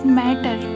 matter